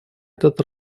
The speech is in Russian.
этот